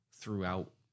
throughout